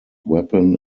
weapon